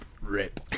Rip